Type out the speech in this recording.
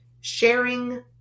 Sharing